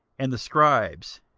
and the scribes,